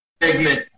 segment